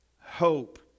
hope